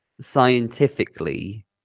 scientifically